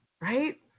right